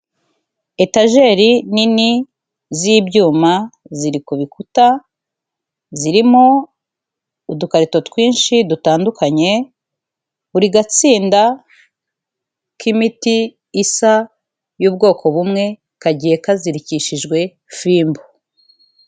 Etajeri nini z'ibyuma ziri ku bikuta, zirimo udukarito twinshi dutandukanye, buri gatsinda k'imiti isa y'ubwoko bumwe kagiye kazirikishijwe fimbo.